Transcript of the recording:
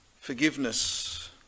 forgiveness